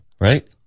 right